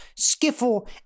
skiffle